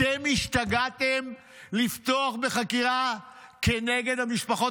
אתם השתגעתם לפתוח בחקירה נגד המשפחות